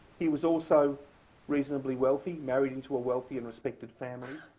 he was also reasonably wealthy, married into a wealthy and respected family,